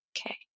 Okay